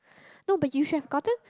not but you should have gotten